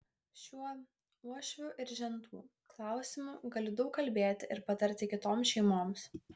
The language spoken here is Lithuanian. šiuo uošvių ir žentų klausimu galiu daug kalbėti ir patarti kitoms šeimoms